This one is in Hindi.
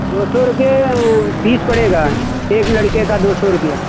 दो सौ रुपये पीस पड़ेगा एक लड़के का दो सौ रुपये